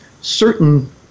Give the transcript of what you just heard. certain